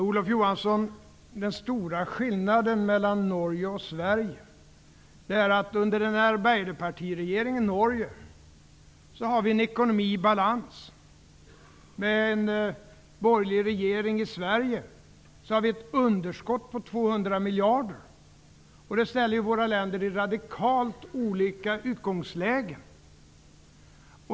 Herr talman! Den stora skillnaden mellan Norge och Sverige, Olof Johansson, är att under en socialdemokratisk regering i Norge har vi en ekonomi i balans, men under en borgerlig regering i Sverige har vi ett underskott på 200 miljarder. Det ställer våra länder i radikalt olika utgångslägen.